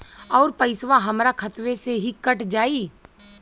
अउर पइसवा हमरा खतवे से ही कट जाई?